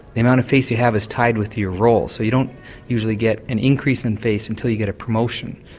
the amount of face you have is tied with your role, so you don't usually get an increase in face until you get a promotion,